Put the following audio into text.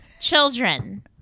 children